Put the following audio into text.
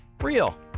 real